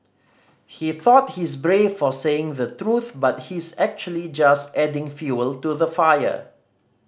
he thought he's brave for saying the truth but he's actually just adding fuel to the fire